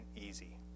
easy